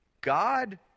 God